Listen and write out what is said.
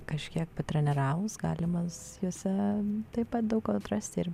kažkiek patreniravus galima jose taip pat daug ko atrasti ir